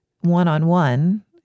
one-on-one